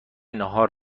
ناهار